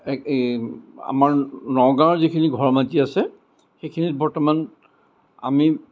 এই আমাৰ নগাঁৱৰ যিখিনি ঘৰ মাটি আছে সেইখিনিত বৰ্তমান আমি